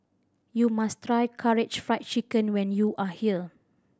you must try Karaage Fried Chicken when you are here